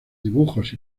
dibujos